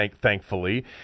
thankfully